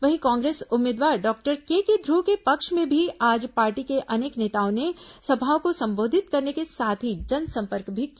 वहीं कांग्रेस उम्मीदवार doctor K K Dhruv के पक्ष में भी आज पार्टी के अनेक नेताओं ने सभाओं को संबोधित करने के साथ ही जनसंपर्क भी किया